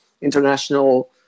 international